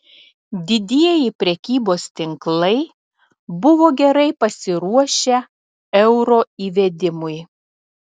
didieji prekybos tinklai buvo gerai pasiruošę euro įvedimui